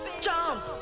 Jump